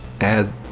Add